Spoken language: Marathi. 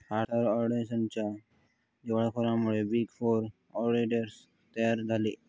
आर्थर अँडरसनच्या दिवाळखोरीमुळे बिग फोर ऑडिटर्स तयार झाले